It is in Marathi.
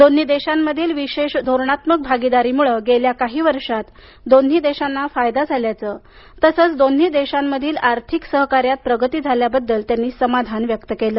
दोन्ही देशामधील विशेष धोरणात्मक भागीदारीमुळ गेल्या काही वर्षात दोन्ही देशांना फायदा झाल्याचं तसंच दोन्ही देशांमधील आर्थिक सहकार्यात प्रगती झाल्याबद्दलही त्यांनी समाधान व्यक्त केलं